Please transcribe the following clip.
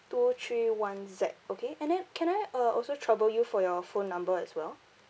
two three one Z okay and then can I uh also trouble you for your phone number as well